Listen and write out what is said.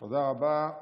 תודה רבה.